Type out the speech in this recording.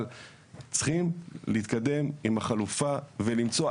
אבל צריכים להתקדם עם החלופה ולמצוא,